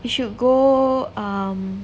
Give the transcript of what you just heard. you should go um